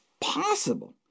possible